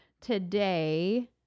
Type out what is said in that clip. today